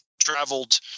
traveled